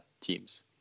teams